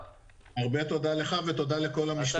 הרבה תודה לך, ותודה לכל המשתתפים.